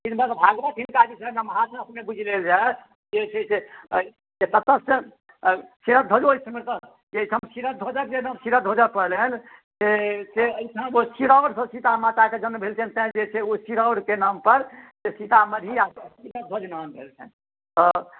श्रीमद भागवतमे हिनकर महात्म्य बुझि गेल जाय जे छै से ततयसँ